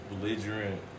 belligerent